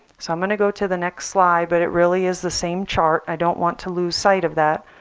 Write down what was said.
so i'm going to go to the next slide but it really is the same chart, i don't want to lose sight of that,